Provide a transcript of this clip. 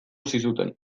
zizuten